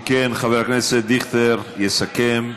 אם כן, חבר הכנסת דיכטר יסכם,